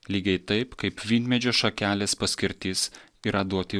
lygiai taip kaip vynmedžio šakelės paskirtis yra duoti